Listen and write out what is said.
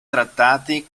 trattati